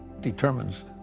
determines